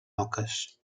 oques